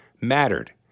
mattered